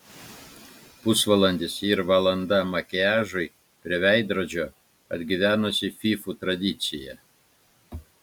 pusvalandis ir valanda makiažui prie veidrodžio atgyvenusi fyfų tradicija